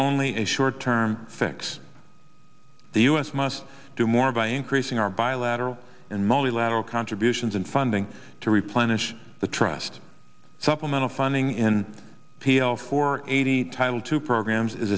only a short term fix the u s must do more by increasing our bilateral and multilateral contributions and funding to replenish the trust supplemental funding in p l four eighty title two programs is